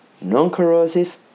non-corrosive